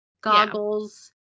goggles